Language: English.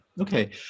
okay